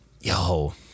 yo